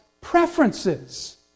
preferences